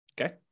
Okay